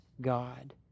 God